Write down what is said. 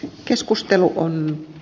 keskustelu on